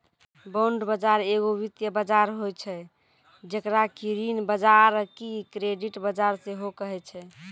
bond बजार एगो वित्तीय बजार होय छै जेकरा कि ऋण बजार आकि क्रेडिट बजार सेहो कहै छै